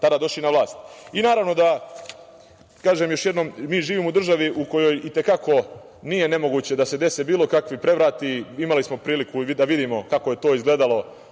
tada došli na vlast. Kažem još jednom da mi živimo u državi u kojoj nije nemoguće da se dese bilo kakvi prevrati. Imali smo priliku da vidimo kako je to izgledalo